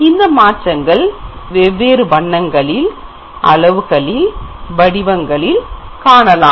அந்த மாற்றங்கள் வெவ்வேறு வண்ணங்களில் அளவுகளில் வடிவங்களில் காணலாம்